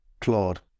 Claude